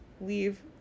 leave